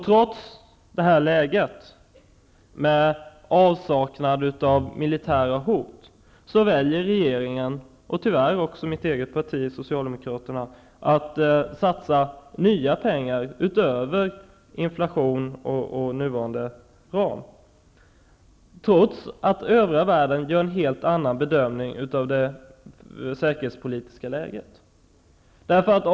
Trots detta läge med avsaknad av militära hot väljer regeringen, och tyvärr också mitt eget parti Socialdemokraterna, att satsa nya pengar utöver inflation och nuvarande ram. Detta trots att övriga världen gör en helt annan bedömning av det säkerhetspolitiska läget.